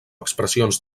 expressions